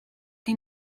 que